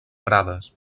prades